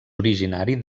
originari